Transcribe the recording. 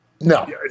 No